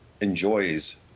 enjoys